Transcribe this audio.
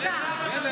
תודה.